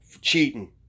cheating